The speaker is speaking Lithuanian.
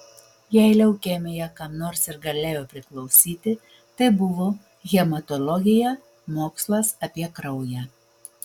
jei leukemija kam nors ir galėjo priklausyti tai buvo hematologija mokslas apie kraują